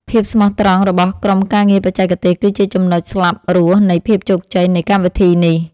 ភាពស្មោះត្រង់របស់ក្រុមការងារបច្ចេកទេសគឺជាចំណុចស្លាប់រស់នៃភាពជោគជ័យនៃកម្មវិធីនេះ។